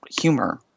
humor